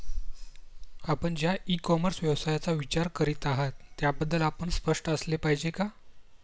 आपण ज्या e commerce व्यवसायाचा विचार करीत आहात त्याबद्दल आपण स्पष्ट असले पाहिजे का?